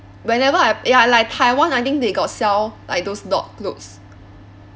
whenever I ya like taiwan I think they got sell like those dog clothes